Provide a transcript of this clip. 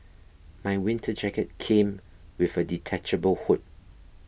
my winter jacket came with a detachable hood